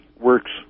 works